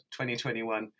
2021